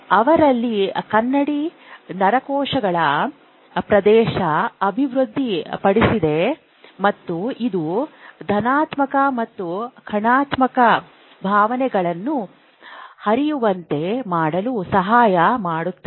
ಅವರಲಿ ಕನ್ನಡಿ ನರಕೋಶಗಳ ಪ್ರದೇಶ ಅಭಿವೃದ್ಧಿಪಡಿಸಿದೆ ಮತ್ತು ಇದು ಧನಾತ್ಮಕ ಮತ್ತುಋಣಾತ್ಮಕ ಭಾವನೆಗಳನ್ನು ಹರಿಯುವಂತೆ ಮಾಡಲು ಸಹಾಯ ಮಾಡುತ್ತದೆ